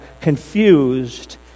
confused